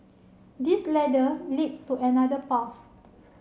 this ladder leads to another path